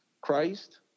Christ